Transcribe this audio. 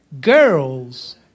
girls